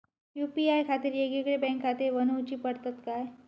UPI खातीर येगयेगळे बँकखाते बनऊची पडतात काय?